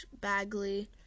Bagley